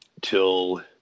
till